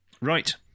Right